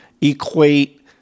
equate